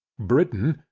britain,